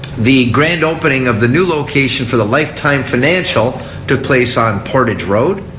the grand opening of the new location for the lifetime financial took place on portage road.